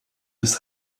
des